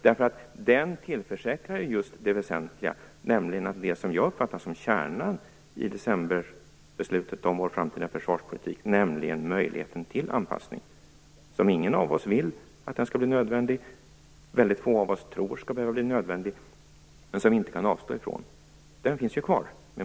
Malpåsearrangemanget tillförsäkrar ju att just det väsentliga finns kvar, nämligen det som jag uppfattar som kärnan i decemberbeslutet om vår framtida försvarspolitik: möjligheten till den anpassning som ingen av oss vill skall bli nödvändig, väldigt få av oss tror skall bli nödvändig, men som vi inte kan avstå ifrån.